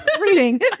Reading